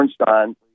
Bornstein